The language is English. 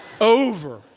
over